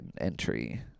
entry